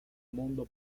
mundo